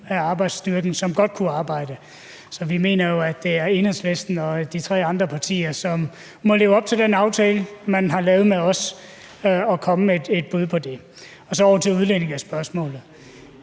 af arbejdsstyrken, så vi mener jo, at det er Enhedslisten og de to andre partier, som må leve op til den aftale, man har lavet med os, og komme med et bud på det. Og så går jeg videre til udlændingespørgsmålet.